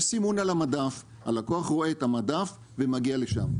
יש סימון על המדף, הלקוח רואה את המדף ומגיע לשם.